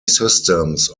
systems